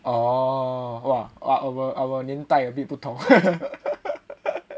oo !wah! our our 年代 a bit 不同